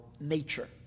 nature